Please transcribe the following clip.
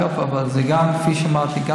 אגב אבל כפי שאמרתי,